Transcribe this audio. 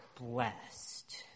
blessed